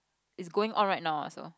it's going all right now also